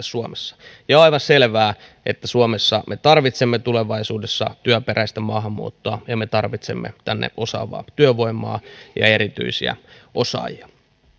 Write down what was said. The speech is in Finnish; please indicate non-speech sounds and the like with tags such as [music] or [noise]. [unintelligible] suomessa ja on aivan selvää että suomessa me tarvitsemme tulevaisuudessa työperäistä maahanmuuttoa ja me tarvitsemme tänne osaavaa työvoimaa ja erityisiä osaajia